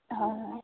হয়